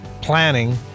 planning